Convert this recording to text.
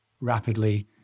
rapidly